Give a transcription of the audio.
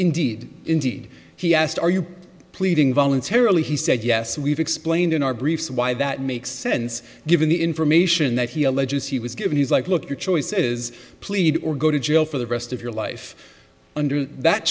indeed indeed he asked are you pleading voluntarily he said yes we've explained in our briefs why that makes sense given the information that he alleges he was given he's like look your choice is plead or go to jail for the rest of your life under that